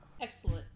Excellent